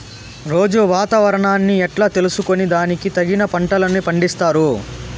రోజూ వాతావరణాన్ని ఎట్లా తెలుసుకొని దానికి తగిన పంటలని పండిస్తారు?